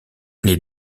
les